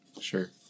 Sure